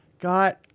got